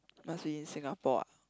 must be in Singapore ah